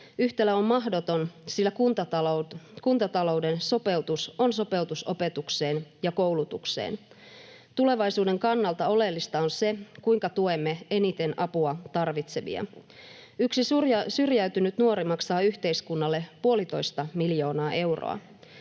Yhtälö on mahdoton, sillä kuntatalouden sopeutus on sopeutus opetukseen ja koulutukseen. Tulevaisuuden kannalta oleellista on se, kuinka tuemme eniten apua tarvitsevia. Yksi syrjäytynyt nuori maksaa yhteiskunnalle puolitoista miljoonaa euroa.